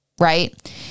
Right